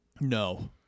No